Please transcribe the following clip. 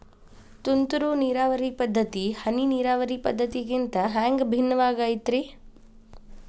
ತುಂತುರು ನೇರಾವರಿ ಪದ್ಧತಿ, ಹನಿ ನೇರಾವರಿ ಪದ್ಧತಿಗಿಂತ ಹ್ಯಾಂಗ ಭಿನ್ನವಾಗಿ ಐತ್ರಿ?